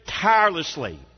tirelessly